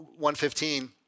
115